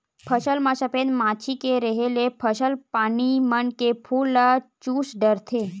फसल म सफेद मांछी के रेहे ले फसल पानी मन के फूल ल चूस डरथे